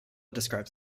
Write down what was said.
describes